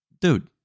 Dude